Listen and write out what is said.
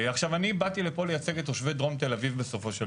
עכשיו אני באתי לפה כדי לייצג את תושבי דרום תל אביב בסופו של דבר.